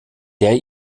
der